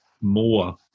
more